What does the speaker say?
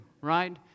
Right